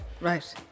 Right